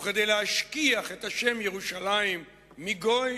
וכדי להשכיח את השם ירושלים מגוי